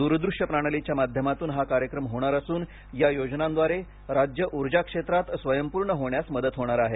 द्रृष्यप्रणालीच्या माध्यमातून हा कार्यक्रम होणार असून या योजनांद्वारे राज्य ऊर्जाक्षेत्रात स्वयंपूर्ण होण्यास मदत होणार आहे